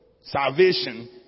salvation